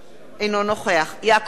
אינו נוכח יעקב כץ,